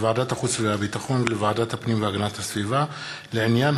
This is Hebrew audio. לוועדת החוץ והביטחון ולוועדת הפנים והגנת הסביבה לעניין